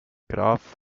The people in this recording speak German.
grafen